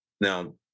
Now